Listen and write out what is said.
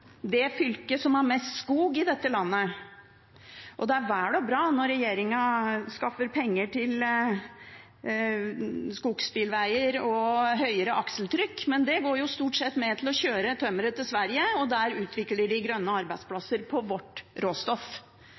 det fylket som har mest skog i dette landet. Det er vel og bra når regjeringen skaffer penger til skogsbilveger og høyere akseltrykk, men det går jo stort sett med til å kjøre tømmeret til Sverige, og der utvikler de grønne arbeidsplasser på vårt råstoff.